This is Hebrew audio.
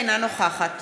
אינה נוכחת